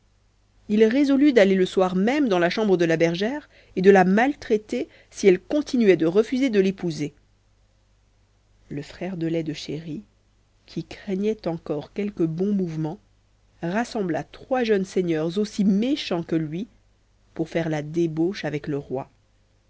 il résolut d'aller le soir même dans la chambre de la bergère et de la maltraiter si elle continuait à refuser de l'épouser le frère de lait de chéri qui craignait encore quelque bon mouvement rassembla trois jeunes seigneurs aussi méchants que lui pour faire la débauche avec le roi